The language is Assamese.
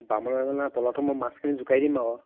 বামে বামে পলহটো মই মাছখিনি জোকাৰি দিম আকৌ